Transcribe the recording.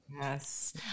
Yes